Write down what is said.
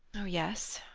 oh yes,